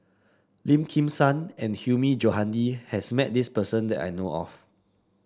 Lim Kim San and Hilmi Johandi has met this person that I know of